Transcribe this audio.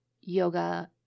yoga